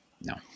No